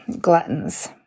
gluttons